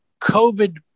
COVID